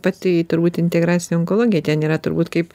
pati turbūt integracinė onkologija ten yra turbūt kaip